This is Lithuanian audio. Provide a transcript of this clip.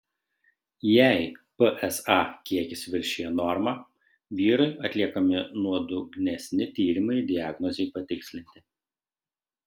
jei psa kiekis viršija normą vyrui atliekami nuodugnesni tyrimai diagnozei patikslinti